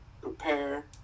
prepare